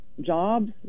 jobs